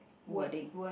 wording